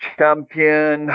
champion